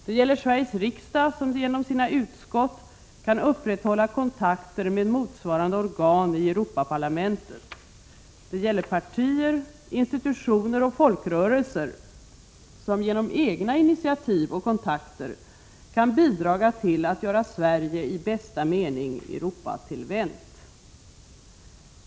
Det gäller Sveriges riksdag, som genom sina utskott kan upprätthålla kontakter med motsvarande organ i Europaparlamentet. Det gäller partier, institutioner och folkrörelser, som genom egna initiativ och kontakter kan bidra till att göra Sverige i bästa mening Europatillvänt.